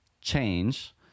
change